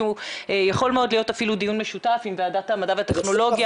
יכול להיות אפילו דיון משותף עם ועדת המדע והטכנולוגיה.